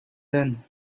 done